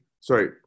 sorry